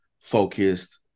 focused